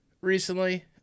recently